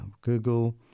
Google